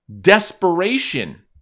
desperation